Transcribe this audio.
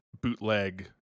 bootleg